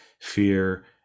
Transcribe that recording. fear